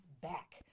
back